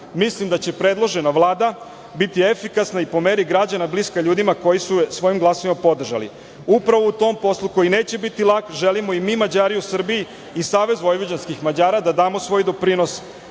Mislim da će predložena Vlada biti efikasna i po meri građana, bliska ljudima koji su je svojim glasovima podržali. Upravo u tom poslu, koji neće biti lak, želimo i mi Mađari u Srbiji i SVM da damo svoj doprinos.